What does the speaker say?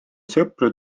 sõpru